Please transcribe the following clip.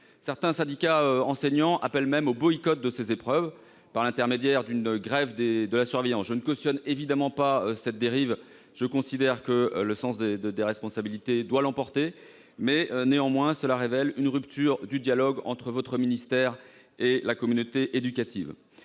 Certains syndicats enseignants appellent même au boycott de ces épreuves, par le biais d'une grève de la surveillance. Si je ne cautionne évidemment pas cette dérive, car je considère que le sens des responsabilités doit l'emporter, celle-ci révèle une rupture du dialogue entre votre ministère et la communauté éducative.